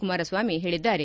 ಕುಮಾರಸ್ನಾಮಿ ಹೇಳಿದ್ದಾರೆ